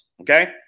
okay